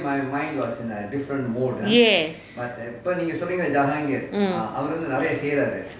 yes mm